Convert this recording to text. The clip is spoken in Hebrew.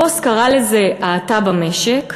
הבוס קרא לזה "האטה במשק",